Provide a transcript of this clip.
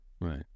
Right